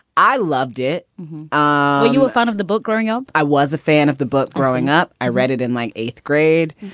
i loved it. were ah you a fan of the book growing up? i was a fan of the book growing up. i read it in like eighth grade.